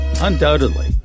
Undoubtedly